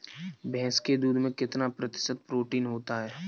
भैंस के दूध में कितना प्रतिशत प्रोटीन होता है?